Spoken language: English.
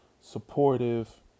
supportive